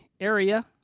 area